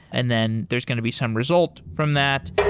and then there's going to be some result from that.